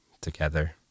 together